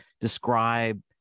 describe